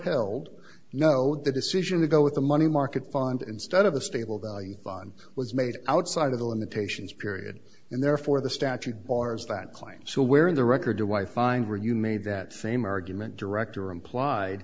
held no the decision to go with the money market fund instead of a stable value fund was made outside of the limitations period and therefore the statute bars that claim so where in the record to why find where you made that same argument direct or implied